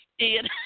Ian